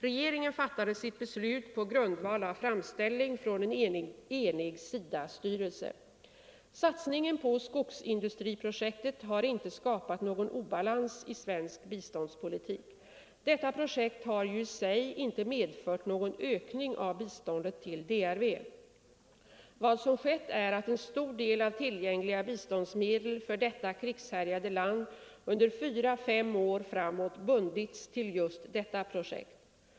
Regeringen fattade sitt beslut på grundval av framställning från en enig SIDA-styrelse. Satsningen på skogsindustriprojektet har inte skapat någon obalans i svensk biståndspolitik. Detta projekt har ju i sig inte medfört någon ökning av biståndet till DRV. Vad som skett är att en stor del av tillgängliga biståndsmedel för detta krigshärjade land under fyra fem år framåt bundits till just detta projekt.